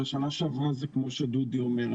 בשנה שעברה זה כמו שדודי אומר.